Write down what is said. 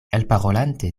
elparolante